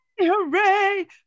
Hooray